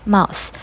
Mouse